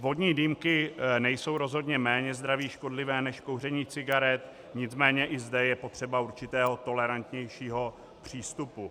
Vodní dýmky nejsou rozhodně méně zdraví škodlivé než kouření cigaret, nicméně i zde je potřeba určitého tolerantnějšího přístupu.